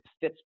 fits